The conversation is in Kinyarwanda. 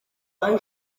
aho